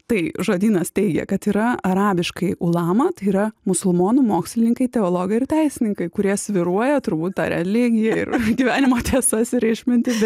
tai žodynas teigia kad yra arabiškai ulama tai yra musulmonų mokslininkai teologai ir teisininkai kurie svyruoja turbūt tą religiją ir gyvenimo tiesas ir išmintis